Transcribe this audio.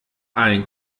ein